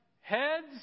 heads